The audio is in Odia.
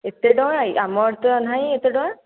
ଏତେ ଟଙ୍କା ଆମ ଆଡ଼େ ତ ନାହିଁ ଏତେ ଟଙ୍କା